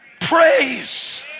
praise